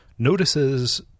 notices